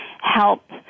help